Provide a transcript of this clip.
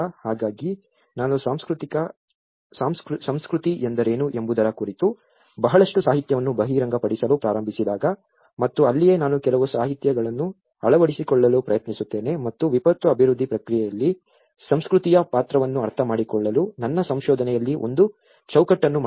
ಹಾಗಾಗಿ ನಾನು ಸಂಸ್ಕೃತಿ ಎಂದರೇನು ಎಂಬುದರ ಕುರಿತು ಬಹಳಷ್ಟು ಸಾಹಿತ್ಯವನ್ನು ಬಹಿರಂಗಪಡಿಸಲು ಪ್ರಾರಂಭಿಸಿದಾಗ ಮತ್ತು ಅಲ್ಲಿಯೇ ನಾನು ಕೆಲವು ಸಾಹಿತ್ಯಗಳನ್ನು ಅಳವಡಿಸಿಕೊಳ್ಳಲು ಪ್ರಯತ್ನಿಸುತ್ತೇನೆ ಮತ್ತು ವಿಪತ್ತು ಅಭಿವೃದ್ಧಿ ಪ್ರಕ್ರಿಯೆಯಲ್ಲಿ ಸಂಸ್ಕೃತಿಯ ಪಾತ್ರವನ್ನು ಅರ್ಥಮಾಡಿಕೊಳ್ಳಲು ನನ್ನ ಸಂಶೋಧನೆಯಲ್ಲಿ ಒಂದು ಚೌಕಟ್ಟನ್ನು ಮಾಡಿದೆ